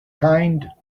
kind